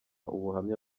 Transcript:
ubuhamya